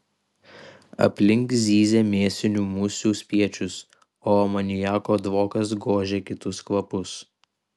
aplink zyzė mėsinių musių spiečius o amoniako dvokas gožė kitus kvapus